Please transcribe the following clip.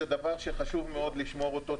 זה דבר שחשוב מאוד לשמור אותו.